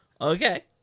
Okay